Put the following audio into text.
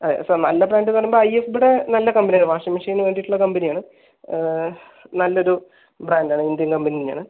sir നല്ല ബ്രാൻഡെന്ന് പറയുമ്പോൾ ഐ എഫ് ബീടെ നല്ല കമ്പനിയാ വാഷിംഗ് മെഷീന് വേണ്ടിയിട്ട് ഉള്ള കമ്പനി ആണ് നല്ലൊരു ബ്രാൻഡ് ആണ് ഇന്ത്യൻ കമ്പനീൻ്റ ആണ്